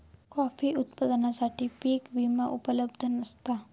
coffee उत्पादकांसाठी पीक विमा उपलब्ध नसता